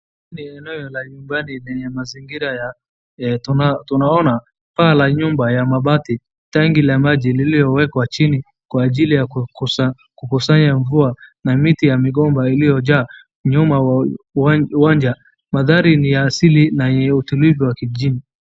unayoona ni ya nyumbani yenye mazingira ya tuaona paa la nyumba ya mabati tangi ya maji lilowekwa chini kwa ajili ya kukusanya mvua na miti ya migomba iliyojaa nyuma ya uwanja mandhari ni ya asili na yenye utulivu wa kijijini